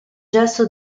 gesso